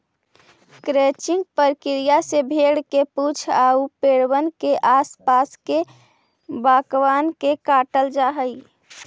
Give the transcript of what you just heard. crutching प्रक्रिया से भेंड़ के पूछ आउ पैरबन के आस पास के बाकबन के काटल जा हई